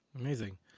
amazing